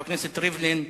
חבר הכנסת ריבלין,